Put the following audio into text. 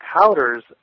powders